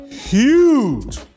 huge